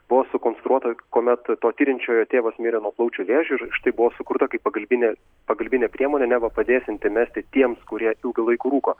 buvo sukonstruota kuomet to tiriančiojo tėvas mirė nuo plaučių vėžio ir štai buvo sukurta kaip pagalbinė pagalbinė priemonė neva padėsianti mesti tiems kurie laiku rūko